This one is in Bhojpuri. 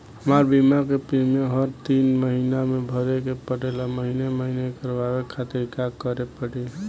हमार बीमा के प्रीमियम हर तीन महिना में भरे के पड़ेला महीने महीने करवाए खातिर का करे के पड़ी?